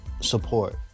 Support